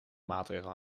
maatregel